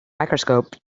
microscope